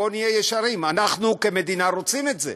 בואו נהיה ישרים, אנחנו כמדינה רוצים את זה.